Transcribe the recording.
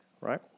right